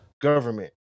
government